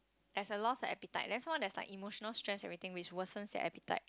as a loss of appetite that's one that's like emotional stress everything which worsens their appetite